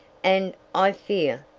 and, i fear,